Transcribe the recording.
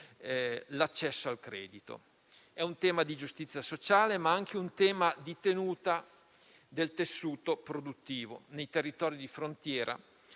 l'accesso al credito. È un tema di giustizia sociale, ma anche un tema di tenuta del tessuto produttivo nei territori di frontiera,